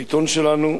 למיטב ידיעתי.